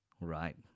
right